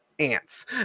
ants